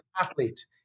athlete